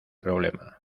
problema